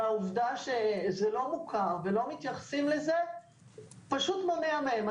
העובדה שזה לא מוכר ולא מתייחסים לזה פשוט מונעת מהם.